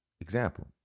Example